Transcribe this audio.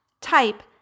type